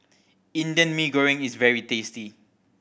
Indian Mee Goreng is very tasty